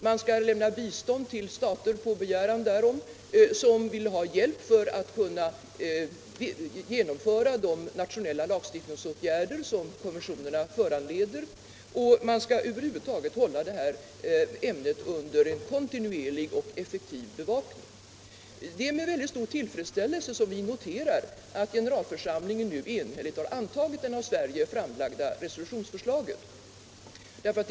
Man bör på begäran lämna bistånd till stater som vill ha hjälp för att kunna genomföra de nationella lagstiftningsåtgärder som konventionerna föranleder. Man bör över huvud taget hålla ämnet under kontinuerlig och effektiv bevakning. Det är med stor tillfredsställelse som vi noterar att generalförsamlingen enhälligt antagit det av Sverige framlagda resolutionsförslaget.